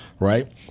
Right